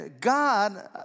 God